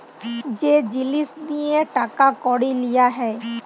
যে জিলিস দিঁয়ে টাকা কড়ি লিয়া হ্যয়